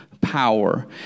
power